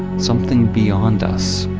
something beyond us.